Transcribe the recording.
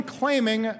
claiming